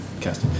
cast